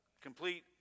complete